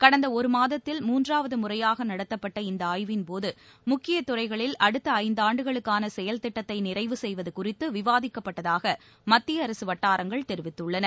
கடந்த ஒரு மாதத்தில் மூன்றாவது முறையாக நடத்தப்பட்ட இந்த ஆய்வின்போது முக்கிய துறைகளில் அடுத்த ஐந்தாண்டுகளுக்கான செயல் திட்டத்தை நிறைவு செய்வது குறித்து விவாதிக்கப்பட்டதாக மத்திய அரசு வட்டாரங்கள் தெரிவித்துள்ளன